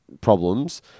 problems